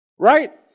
Right